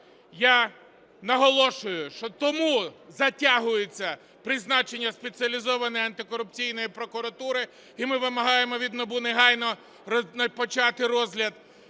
Я наголошую, що тому затягується призначення Спеціалізованої антикорупційної прокуратури, і ми вимагаємо від НАБУ негайно почати розгляд.